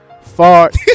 fart